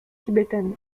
tibétaine